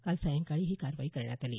काल सायंकाळी ही कारवाई करण्यात आली